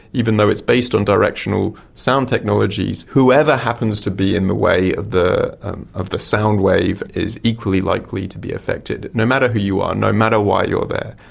even though it's based on directional sound technologies, whoever happens to be in the way of the of the sound wave is equally likely to be affected, no matter who you are, no matter why you are there.